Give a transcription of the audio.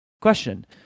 Question